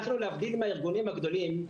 להבדיל מהארגונים הגדולים,